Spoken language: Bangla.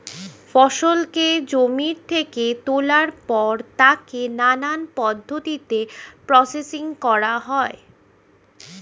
ফসলকে জমি থেকে তোলার পর তাকে নানান পদ্ধতিতে প্রসেসিং করা হয়